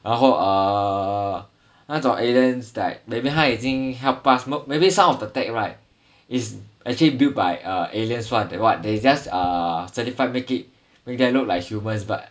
然后 err 那种 aliens that maybe 他已经 help us maybe some of the tag right is actually built by err aliens [one] they what they just err certified make it make them look like humans but